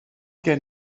gen